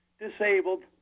disabled